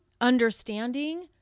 understanding